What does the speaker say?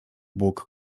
bóg